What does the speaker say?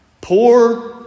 Poor